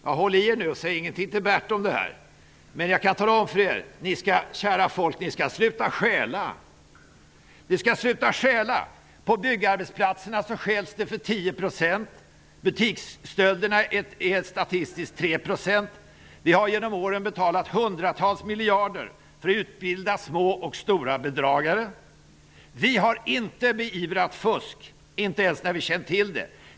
Ja, håll i er nu, och säg ingenting till Bert om det här! Jag kan tala om för er, kära folk, vad ni kan göra. Ni skall sluta stjäla! På byggarbetsplatserna stjäls 10 %. Butiksstölderna uppgår rent statistiskt till 3 %. Vi har genom åren betalat hundratals miljarder för att utbilda små och stora bedragare. Vi har inte beivrat fusk, inte ens när vi känt till det.